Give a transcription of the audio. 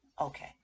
Okay